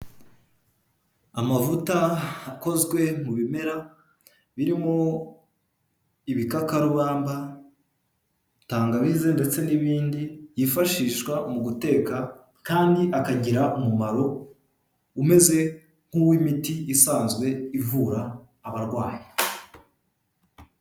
Amavuta akozwe mu bimera birimo ibikakarubamba, tangawize ndetse n'ibindi yifashishwa mu guteka kandi akagira umumaro umeze nk'uw'imiti isanzwe ivura abarwayi.